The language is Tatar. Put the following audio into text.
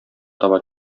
таба